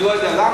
אני לא יודע למה.